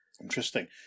interesting